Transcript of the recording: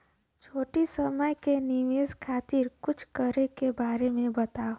छोटी समय के निवेश खातिर कुछ करे के बारे मे बताव?